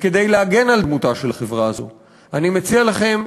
וכדי להגן על דמותה של החברה הזאת אני מציע לכם,